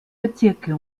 bezirke